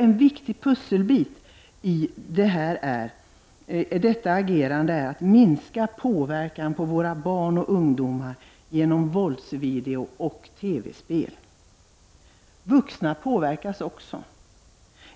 En viktig pusselbit i detta agerande är att minska påverkan på våra barn och ungdomar genom våldsvideo och TV-spel. Vuxna påverkas också.